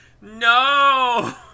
no